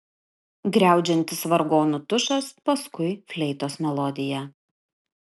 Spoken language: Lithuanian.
griaudžiantis vargonų tušas paskui fleitos melodija